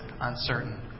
uncertain